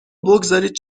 بگذارید